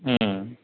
ம்